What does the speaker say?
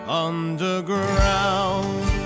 underground